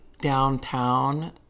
downtown